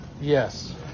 Yes